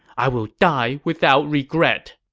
i will die without regret!